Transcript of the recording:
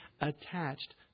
attached